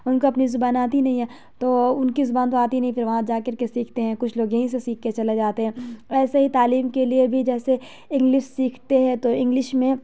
ان کو اپنی زبان آتی نہیں ہے تو ان کی زبان تو آتی نہیں ہے پھر وہاں جا کر کے سیکھتے ہیں کچھ لوگ یہیں سے سیکھ کے چلے جاتے ہیں ایسے ہی تعلیم کے لیے بھی جیسے انگلش سیکھتے ہیں تو انگلش میں